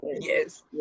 yes